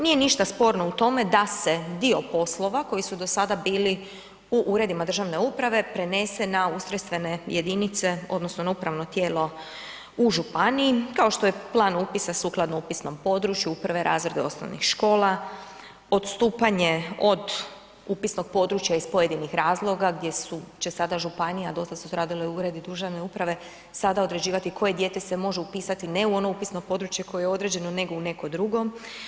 Nije ništa sporno u tome da se dio poslova koji su do sada bili u uredima državne uprave prenese na ustrojstvene jedinice odnosno na upravno tijelo u županiji kao što je plan upisa sukladno upisnom području u I. razrede osnovnih škola, odstupanje od upisnog područja iz pojedinih razloga gdje će sada županija, do sada su radili uredi državne uprave, sada određivati koje dijete se može upisati ne u ono upisno područje koje je određeno nego i u neko drugo.